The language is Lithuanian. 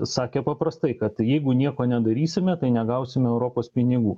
sakė paprastai kad jeigu nieko nedarysime tai negausime europos pinigų